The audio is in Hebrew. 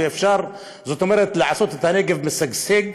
ואפשר לעשות את הנגב משגשג,